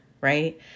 right